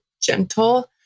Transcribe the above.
gentle